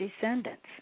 descendants